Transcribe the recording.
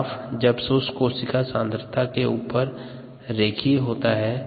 graph जब शुष्क कोशिका सांद्रता के ऊपर रेखीय होता है